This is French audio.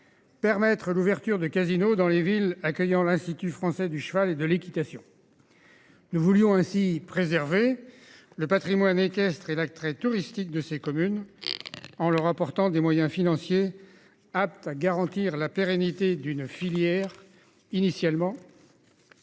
Permettre l'ouverture de casino dans les villes accueillant l'Institut français du cheval et de l'équitation. Nous voulions ainsi préserver le Patrimoine équestre et la très touristique de ces communes. En leur apportant des moyens financiers apte à garantir la pérennité d'une filière initialement.